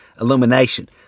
illumination